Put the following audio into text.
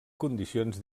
condicions